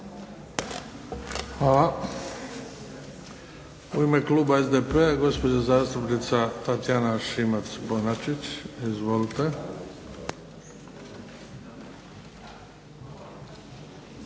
Hvala. U ime kluba SDP-a gospođa zastupnica Tatjana Šimac-Bonačić. Izvolite.